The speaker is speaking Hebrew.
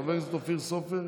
חבר הכנסת אופיר סופר,